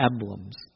emblems